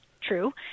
true